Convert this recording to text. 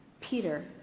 Peter